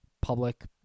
public